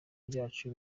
byacu